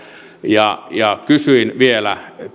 ja ja kysyin vielä